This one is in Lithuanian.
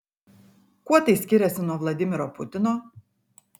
kuo tai skiriasi nuo vladimiro putino